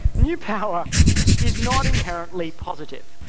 new power is not inherently positive.